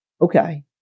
Okay